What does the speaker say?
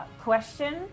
Question